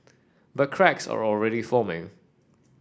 but cracks are already forming